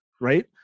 Right